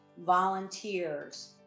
volunteers